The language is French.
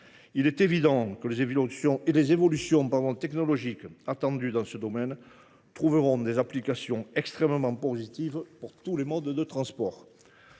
aucun doute que les évolutions technologiques attendues dans ce domaine trouveront des applications très positives dans tous les modes de transport.